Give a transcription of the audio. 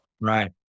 Right